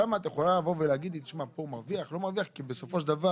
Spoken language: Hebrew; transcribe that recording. שם את יכולה להגיד שאולי הוא מרוויח כי בסופו של דבר,